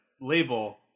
label